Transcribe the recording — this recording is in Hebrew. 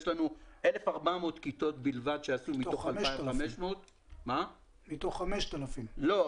יש לנו 1,400 כיתות בלבד מתוך 2,500. מתוך 5,000. לא.